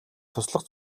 туслах